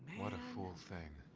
what a fool thing!